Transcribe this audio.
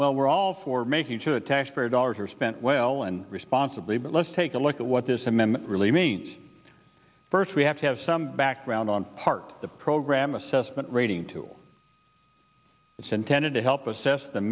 well we're all for making sure the taxpayer dollars are spent well and responsibly but let's take a look at what this amendment really means first we have to have some background on part the program assessment rating tools it's intended to help assess the